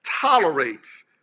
tolerates